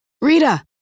Rita